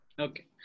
Okay